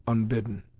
unbidden.